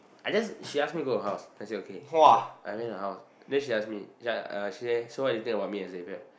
I just she ask me go her house then I say okay so I went her house then she ask me ya uh she say so what do you think about me and Xavier